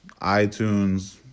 iTunes